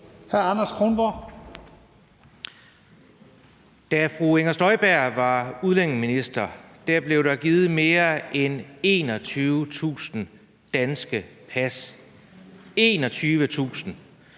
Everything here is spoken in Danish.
Da fru Inger Støjberg var udlændingeminister, blev der givet mere end 21.000 danske pas – 21.000.